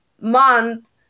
month